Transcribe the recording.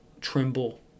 tremble